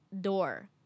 door